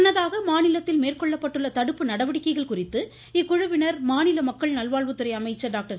முன்னதாக மாநிலத்தில் மேற்கொள்ளப்பட்டுள்ள தடுப்பு நடவடிக்கைகள் குறித்து இக்குழுவினர் மாநில மக்கள் நல்வாழ்வுத்துறை அமைச்சர் டாக்டர்